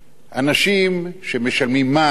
אנשים שמשלמים מס,